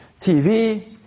TV